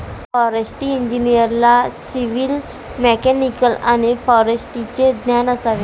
forestry इंजिनिअरला civil, mechanical आणि फॉरेस्ट्रीचे ज्ञान असावे